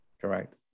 Correct